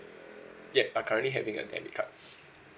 ya I currently having a debit card